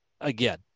Again